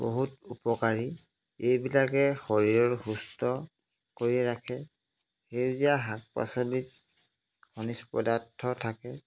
বহুত উপকাৰী এইবিলাকে শৰীৰৰ সুস্থ কৰি ৰাখে সেউজীয়া শাক পাচলিত খনিজ পদাৰ্থ থাকে